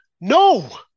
no